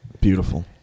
Beautiful